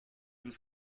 was